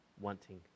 wanting